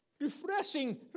refreshing